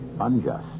unjust